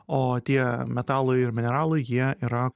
o tie metalai ir mineralai jie yra